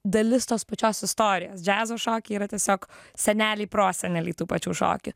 dalis tos pačios istorijos džiazo šokiai yra tiesiog seneliai proseneliai tų pačių šokių